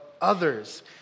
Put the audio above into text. Others